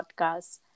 Podcast